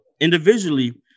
individually